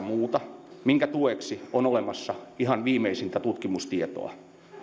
muuta minkä tueksi on olemassa ihan viimeisintä tutkimustietoa